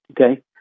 Okay